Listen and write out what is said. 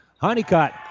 Honeycutt